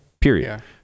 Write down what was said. Period